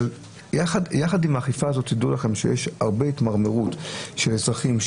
יחד עם האכיפה הזאת תדעו לכם שיש הרבה התמרמרות של אזרחים,